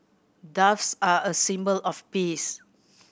doves are a symbol of peace